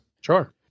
Sure